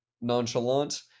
nonchalant